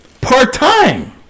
Part-time